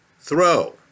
throw